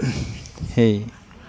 সেই